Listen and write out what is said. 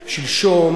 שלשום,